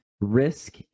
risk